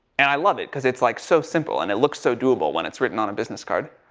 and i love it because it's like so simple, and it looks so do-able when it's written on a business card.